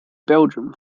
belgium